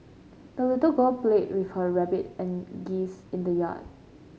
the little girl played with her rabbit and geese in the yard